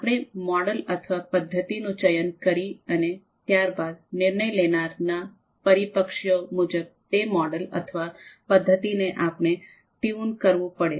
આપણે મોડેલ અથવા પદ્ધતિનું ચયન કરી અને ત્યારબાદ નિર્ણય લેનાર ના પરિપ્રેક્ષ્ય મુજબ તે મોડેલ અથવા પદ્ધતિને આપણે ટ્યુન કરવું પડે